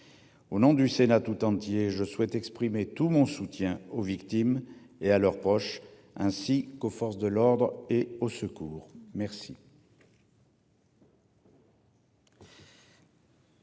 Au nom du Sénat tout entier. Je souhaite exprimer tout mon soutien aux victimes et à leurs proches, ainsi qu'aux forces de l'ordre et au secours. Merci.